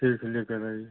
ठीक है लेकर आइए